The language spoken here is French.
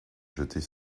jetées